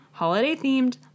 holiday-themed